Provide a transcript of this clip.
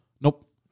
Nope